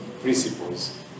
principles